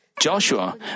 Joshua